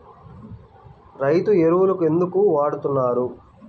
రైతు ఎరువులు ఎందుకు వాడుతున్నారు?